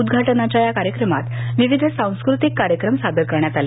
उद्घाटनाच्या या कार्यक्रमात विविध सांस्कृतिक कार्यक्रम सादर करण्यात आले